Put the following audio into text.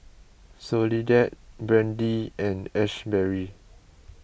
Soledad Brandie and Asberry